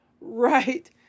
Right